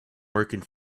working